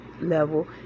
level